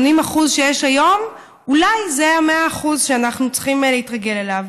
80% שיש היום אולי זה ה-100% שאנחנו צריכים להתרגל אליו.